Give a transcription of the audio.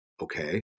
Okay